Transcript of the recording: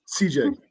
Cj